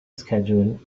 schedule